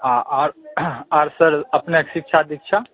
आ R R sir अपनेके शिक्षा दीक्षा